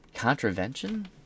Contravention